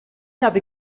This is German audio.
habe